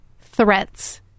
threats